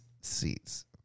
seats